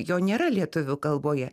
jo nėra lietuvių kalboje